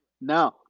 No